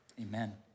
amen